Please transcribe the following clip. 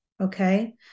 Okay